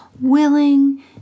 willing